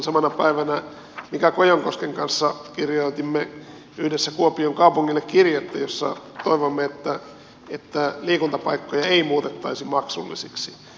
samana päivänä kirjoitimme yhdessä mika kojonkosken kanssa kuopion kaupungille kirjettä jossa toivoimme että liikuntapaikkoja ei muutettaisi maksullisiksi